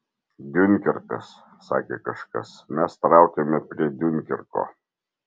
diunkerkas sakė kažkas mes traukiame prie diunkerko